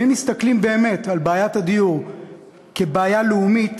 ואם מסתכלים באמת על בעיית הדיור כבעיה לאומית,